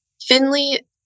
Finley